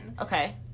Okay